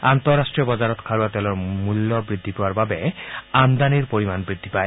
আন্তঃৰাষ্ট্ৰীয় বজাৰত খাৰুৱা তেলৰ মূল্য বৃদ্ধি পোৱাৰ বাবে আমদানীৰ পৰিমাণ বৃদ্ধি পায়